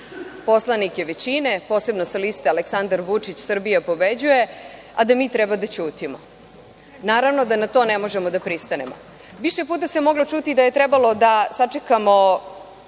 poslanike većine, posebno sa liste Aleksandar Vučić – Srbija pobeđuje, a da mi treba da ćutimo. Naravno da na to ne možemo da pristanemo. Više puta se moglo čuti da je trebalo da sačekamo